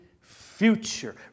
future